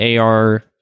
AR